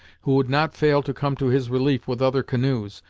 who would not fail to come to his relief with other canoes,